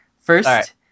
First